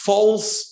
False